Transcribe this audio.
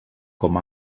com